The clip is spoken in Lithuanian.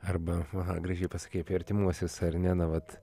arba aha gražiai pasakei apie artimuosius ar ne na vat